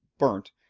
burnt,